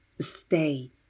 stay